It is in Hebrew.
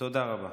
תודה רבה.